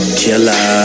killer